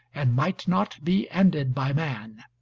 and might not be ended by man.